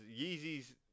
Yeezy's